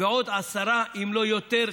ועוד עשרה דיוני רקע, אם לא יותר.